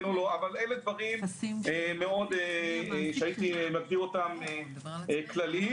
אבל אלה דברים שהייתי מגדיר אותם כלליים.